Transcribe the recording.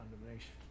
condemnation